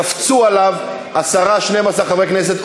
קפצו עליו 10 12 חברי כנסת,